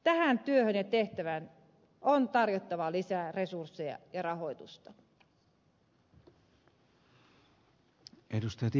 tähän työhön ja tehtävään on tarjottava lisää resursseja ja rahoitusta